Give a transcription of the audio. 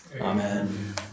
Amen